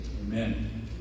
Amen